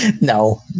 No